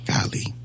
Golly